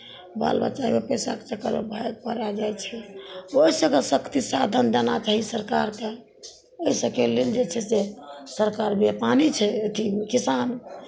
बाल बच्चा पैसाके चक्करमे बाहर परा जाइ छै ओहि सभके शक्ति साधन देना चाही सरकारकेँ ओहि सभके लेल जे छै से सरकार छै अथी किसान